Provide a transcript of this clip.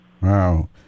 Wow